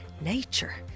nature